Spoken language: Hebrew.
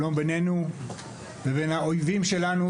שלום בנינו ובין האויבים שלנו,